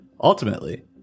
Ultimately